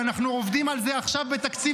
ואנחנו עובדים על זה עכשיו בתקציב